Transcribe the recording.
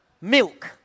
milk